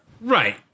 Right